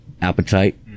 appetite